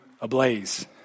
ablaze